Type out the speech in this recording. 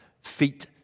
Feet